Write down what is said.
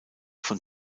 von